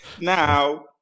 now